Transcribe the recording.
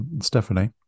Stephanie